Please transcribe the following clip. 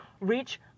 reach